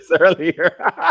earlier